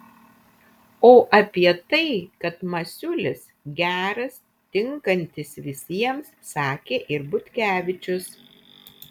o apie tai kad masiulis geras tinkantis visiems sakė ir butkevičius